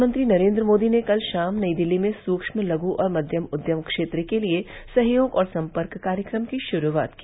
प्रधानमंत्री नरेन्द्र मोदी ने कल शाम नई दिल्ली में सूक्म लघु और मध्यम उद्यम क्षेत्र के लिए सहयोग और संपर्क कार्यक्रम की युरूआत की